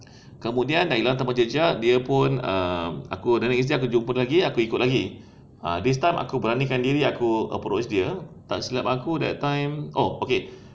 kemudian hilang jejak dia pun um the next day aku jumpa lagi aku ikut lagi ah this time aku beranikan diri aku approach dia tak silap aku that time oh okay